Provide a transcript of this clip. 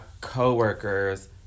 coworkers